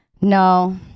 No